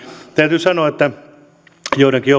täytyy sanoa että joidenkin